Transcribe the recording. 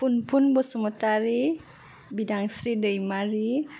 Phunphun Basumatary Bidansri Daimary